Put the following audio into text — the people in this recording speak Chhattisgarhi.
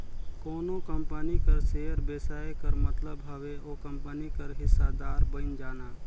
कोनो कंपनी कर सेयर बेसाए कर मतलब हवे ओ कंपनी कर हिस्सादार बइन जाना